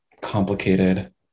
complicated